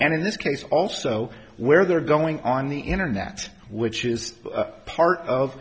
and in this case also where they're going on the internet which is part of